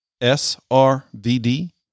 S-R-V-D